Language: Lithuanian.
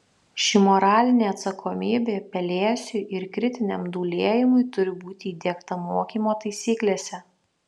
ši moralinė atsakomybė pelėsiui ir kritiniam dūlėjimui turi būti įdiegta mokymo taisyklėse